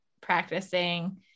practicing